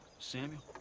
samuel.